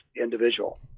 individual